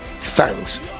thanks